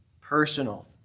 personal